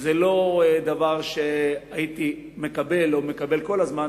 זה לא דבר שהייתי מקבל, או מקבל כל הזמן.